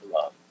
love